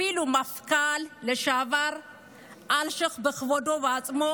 אפילו המפכ"ל לשעבר אלשיך בכבודו ובעצמו